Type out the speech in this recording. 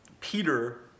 Peter